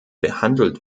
behandelt